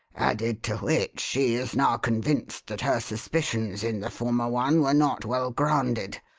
added to which, she is now convinced that her suspicions in the former one were not well grounded.